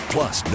Plus